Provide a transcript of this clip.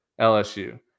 LSU